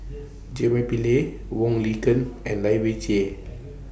J Y Pillay Wong Lin Ken and Lai Weijie